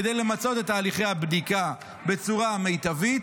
כדי למצות את הליכי הבדיקה בצורה מיטבית.